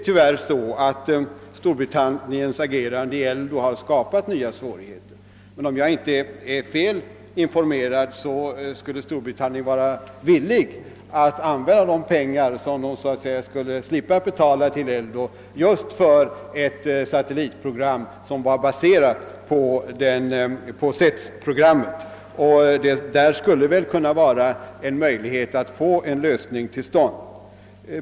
Tyvärr har Storbritanniens agerande i ELDO skapat nya svårigheter, men om jag inte är fel informerad skulle Storbritannien vara villigt att använda de pengar, som landet så att säga skulle slippa betala till ELDO, just för ett satellitprogram som var baserat på CETS-programmet. Där skulle väl kunna föreligga en möjlighet att få en lösning till stånd.